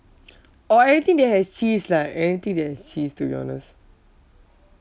or anything that has cheese lah anything that has cheese to be honest